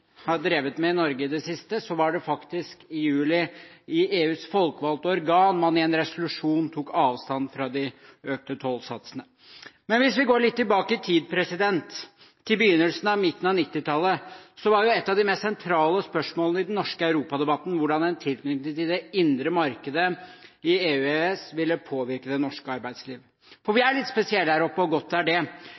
har drevet med i Norge i det siste, men det var faktisk i juli at man i EUs folkevalgte organ i en resolusjon tok avstand fra de økte tollsatsene. Men hvis vi går litt tilbake i tid, til begynnelsen og midten av 1990-tallet, var et av de meste sentrale spørsmålene i den norske europadebatten hvordan en tilknytning til det indre markedet i EU/EØS ville påvirke det norske arbeidslivet. For vi er litt spesielle her oppe, og godt er det.